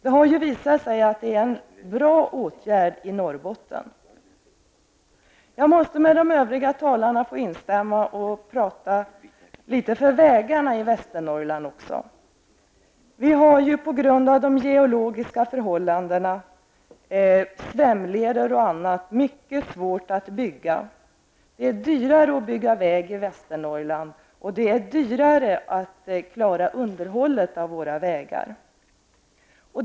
Det har ju visat sig vara en bra åtgärd i Norrbotten. Jag måste instämma med de övriga talarna och också tala litet för vägarna i Västernorrland. Vi har på grund av de geologiska förhållandena, svämleder och annat, mycket svårt att bygga. Det är dyrare att bygga väg i Västernorrland, och det är dyrare att klara av underhållet på våra vägar.